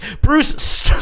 Bruce